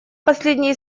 последней